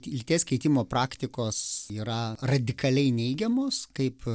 lyties keitimo praktikos yra radikaliai neigiamos kaip